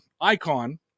icon